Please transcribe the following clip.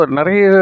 Nari